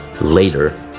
later